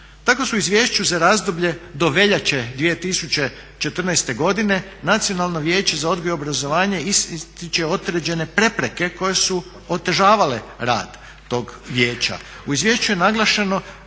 U izvješću je naglašeno